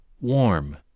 warm